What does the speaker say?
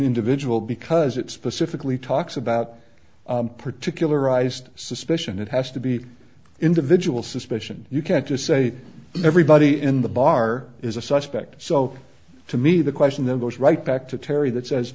individual because it specifically talks about particularized suspicion it has to be individual suspicion you can't just say everybody in the bar is a suspect so to me the question then goes right back to terry that says